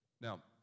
Now